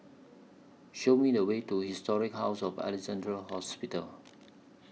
Show Me The Way to Historic House of Alexandra Hospital